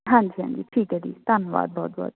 ਹਾਂਜੀ ਹਾਂਜੀ ਠੀਕ ਹੈ ਜੀ ਧੰਨਵਾਦ ਬਹੁਤ ਬਹੁਤ